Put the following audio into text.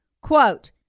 Quote